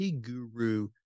guru